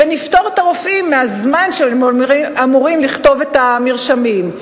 ונפטור את הרופאים מהזמן שהם אמורים לכתוב בו את המרשמים.